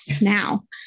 now